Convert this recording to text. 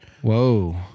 Whoa